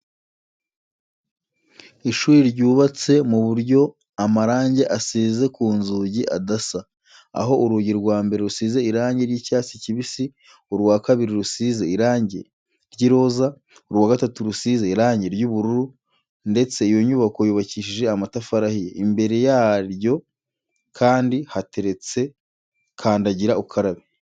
Ishuri ryubatse mu buryo amarange asize ku nzugi adasa, aho urugi rwa mbere rusize irange ry'icyatsi kibisi, urwa kabiri rusize irange ry'iroza, urwa gatatu rusize irange ry'ubururu ndetse iyo nyubako yubakishije amatafari ahiye. Imbere yaryo kandi hateretse kandagira ukarabe.